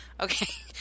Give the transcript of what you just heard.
Okay